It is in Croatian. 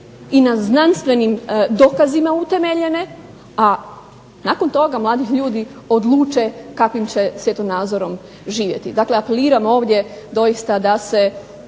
i na znanstvenim dokazima utemeljene. A nakon toga mladi ljudi odluče kakvim će svjetonazorom živjeti. Dakle, apeliram ovdje doista da se,